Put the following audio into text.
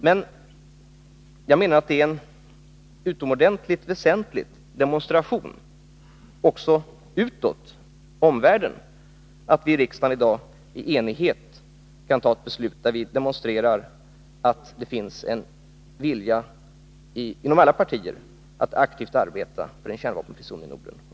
Men jag menar att det är en utomordentligt väsentlig demonstration också inför omvärlden att vi i riksdagen i dag i enighet kan fatta ett beslut, där vi demonstrerar att det inom olika partier finns en vilja att aktivt arbeta för en kärnvapenfri zon i Norden.